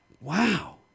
Wow